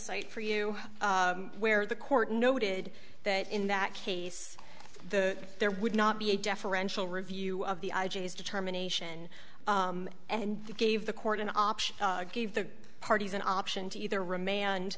cite for you where the court noted that in that case there would not be a deferential review of the determination and gave the court an option gave the parties an option to either reman